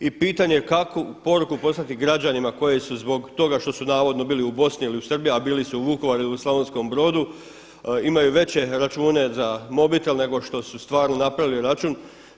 I pitanje kakvu poruku poslati građanima koji su zbog toga što su navodno bili u Bosni ili u Srbiji, a bili su Vukovaru ili u Slavonskom Brodu imaju veće račune za mobitel nego što su stvarno napravili račun.